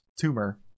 tumor